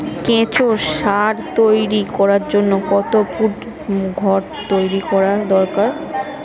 কেঁচো সার তৈরি করার জন্য কত ফুট ঘর তৈরি করা দরকার?